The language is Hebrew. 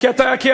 כי זה נכון,